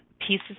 pieces